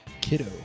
kiddo